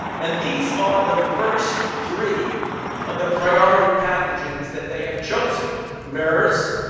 and these are the first three of the priority pathogens that they have chosen mers,